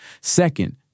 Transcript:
Second